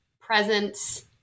presence